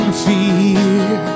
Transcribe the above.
fear